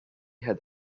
had